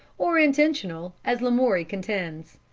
or intentional, as lamoury contends.